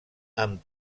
amb